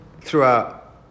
throughout